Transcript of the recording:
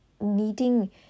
needing